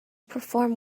perform